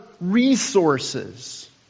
resources